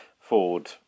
Ford